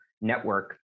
network